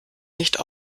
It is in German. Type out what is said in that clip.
nicht